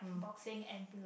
boxing and pilat~